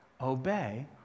Obey